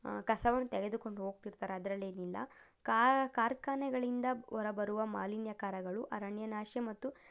ಕಸವನ್ನ ತೆಗೆದುಕೊಂಡು ಹೋಗ್ತಿರ್ತಾರೆ ಅದರಲ್ಲೇನಿಲ್ಲ ಕಾರ್ಖಾನೆಗಳಿಂದ ಹೊರ ಬರುವ ಮಾಲಿನ್ಯಕಾರಕಗಳು ಅರಣ್ಯ ನಾಶ ಮತ್ತು